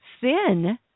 sin